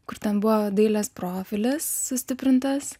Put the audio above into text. kur ten buvo dailės profilis sustiprintas